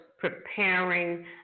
preparing